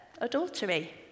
adultery